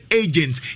agents